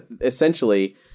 essentially –